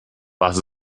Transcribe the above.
was